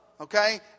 okay